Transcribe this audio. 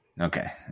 Okay